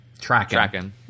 Tracking